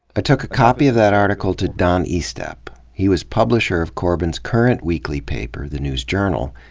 i took a copy of that article to don estep. he was publisher of corbin's current weekly paper, the news journal.